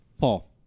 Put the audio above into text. Paul